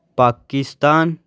Pakistan